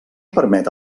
permet